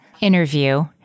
interview